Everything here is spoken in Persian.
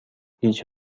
هیچ